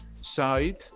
side